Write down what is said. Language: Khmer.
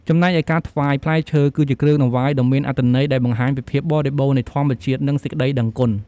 ចំណែកឯការថ្វាយ ផ្លែឈើ គឺជាគ្រឿងតង្វាយដ៏មានអត្ថន័យដែលបង្ហាញពីភាពបរិបូរណ៍នៃធម្មជាតិ និងសេចក្តីដឹងគុណ។